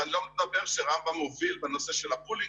ואני לא מדבר שרמב"ם מוביל בנושא של הפולינג